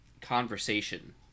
conversation